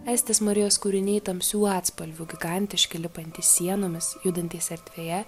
aistės marijos kūriniai tamsių atspalvių gigantiški lipantys sienomis judantys erdvėje